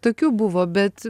tokių buvo bet